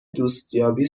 دوستیابی